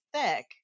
thick